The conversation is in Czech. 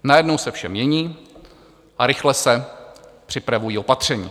Najednou se vše mění a rychle se připravují opatření.